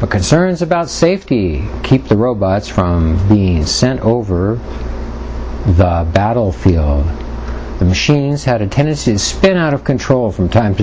but concerns about safety keep the robots he sent over the battlefield the machines had a tendency to spin out of control from time to